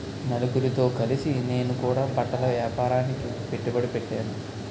నలుగురితో కలిసి నేను కూడా బట్టల ఏపారానికి పెట్టుబడి పెట్టేను